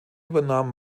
übernahm